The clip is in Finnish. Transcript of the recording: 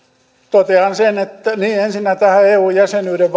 totean ensinnä tästä eu jäsenyyden